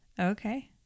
Okay